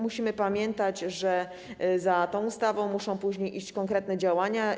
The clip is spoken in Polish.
Musimy pamiętać, że za tą ustawą muszą pójść konkretne działania.